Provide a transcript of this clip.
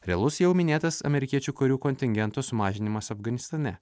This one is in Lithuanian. realus jau minėtas amerikiečių karių kontingento sumažinimas afganistane